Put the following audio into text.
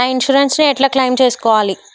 నా ఇన్సూరెన్స్ ని ఎట్ల క్లెయిమ్ చేస్కోవాలి?